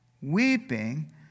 weeping